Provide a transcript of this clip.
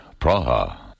Praha